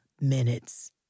minutes